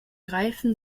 reifen